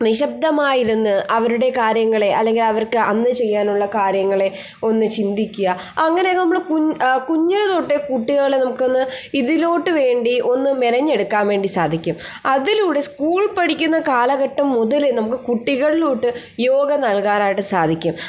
നിശബ്ദമായി ഇരുന്ന് അവരുടെ കാര്യങ്ങളെ അല്ലെങ്കിൽ അവർക്ക് അന്ന് ചെയ്യാനുള്ള കാര്യങ്ങളെ ഒന്ന് ചിന്തിക്കുക അങ്ങനെ നമ്മൾ കുഞ്ഞിലേ തൊട്ടേ കുട്ടികളെ നമുക്കൊന്ന് ഇതിലോട്ട് വേണ്ടി ഒന്ന് മെനെഞ്ഞെടുക്കാൻ വേണ്ടി സാധിക്കും അതിലൂടെ സ്കൂൾ പഠിക്കുന്ന കാലഘട്ടം മുതൽ നമുക്ക് കുട്ടികളിലോട്ട് യോഗ നല്കാനായിട്ട് സാധിക്കും